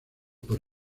por